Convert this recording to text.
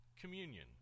communion